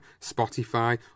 Spotify